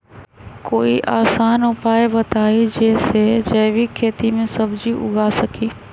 कोई आसान उपाय बताइ जे से जैविक खेती में सब्जी उगा सकीं?